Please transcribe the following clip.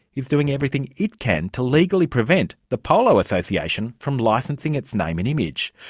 is doing everything it can to legally prevent the polo association from licensing its name and image.